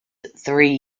three